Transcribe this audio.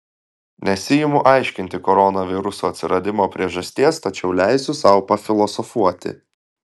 nesiimu aiškinti koronaviruso atsiradimo priežasties tačiau leisiu sau pafilosofuoti